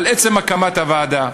על עצם הקמת הוועדה,